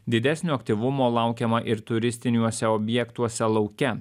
didesnio aktyvumo laukiama ir turistiniuose objektuose lauke